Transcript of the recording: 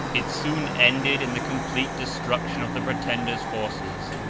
it soon ended in the complete destruction of the pretender's forces,